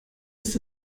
isst